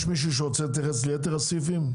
יש מישהו שרוצה להתייחס ליתר הסעיפים?